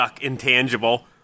intangible